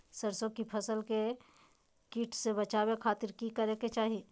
सरसों की फसल के कीट से बचावे खातिर की करे के चाही?